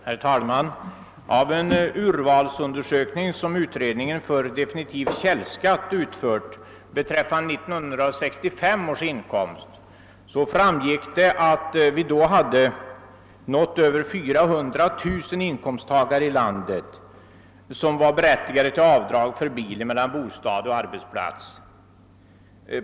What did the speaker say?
Herr talman! Av en urvalsundersökning som utredningen om definitiv källskatt utfört beträffande 1965 års inkomster framgick att vi då hade nått över 400 000 inkomsttagare i landet som var berättigade till avdrag för kostnad för resa med bil mellan bostad och arbetsplats.